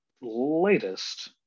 latest